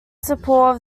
support